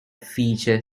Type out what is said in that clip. feature